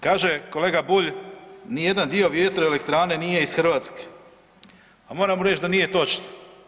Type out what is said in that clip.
Kaže kolega Bulj ni jedan dio vjetroelektrane nije iz Hrvatske, a moram mu reći da nije točno.